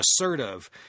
assertive